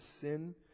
sin